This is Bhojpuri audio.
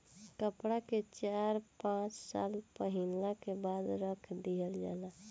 कपड़ा के चार पाँच साल पहिनला के बाद रख दिहल जाला